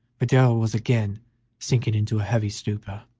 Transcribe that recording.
for darrell was again sinking into a heavy stupor,